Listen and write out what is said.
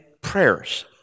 prayers